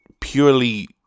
purely